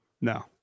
No